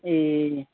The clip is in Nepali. ए